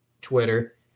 Twitter